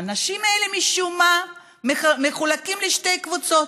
האנשים האלה משום מה מחולקים לשתי קבוצות,